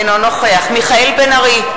אינו נוכח מיכאל בן-ארי,